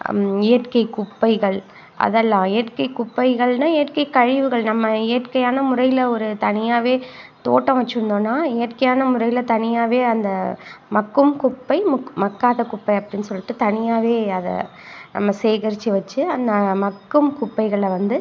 இயற்கைக் குப்பைகள் அதெல்லாம் இயற்கைக் குப்பைகள்னால் இயற்கைக் கழிவுகள் நம்ம இயற்கையான முறையில் ஒரு தனியாகவே தோட்டம் வச்சிருந்தோன்னால் இயற்கையான முறையில் தனியாகவே அந்த மக்கும் குப்பை மக் மக்காத குப்பை அப்படின்னு சொல்லிட்டு தனியாகவே அதை நம்ம சேகரித்து வச்சு அந்த மக்கும் குப்பைகளை வந்து